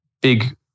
big